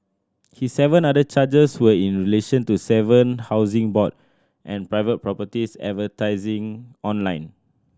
his seven other charges were in relation to seven Housing Board and private properties advertising online